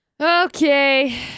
Okay